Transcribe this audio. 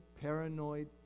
paranoid